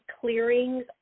clearings